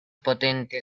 potente